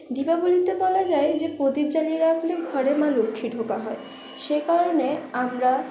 দীপাবলিতে বলা যায় যে প্রদীপ জ্বালিয়ে রাখলে ঘরে মা লক্ষ্মী ঢোকা হয় সে কারণে আমরা